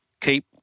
keep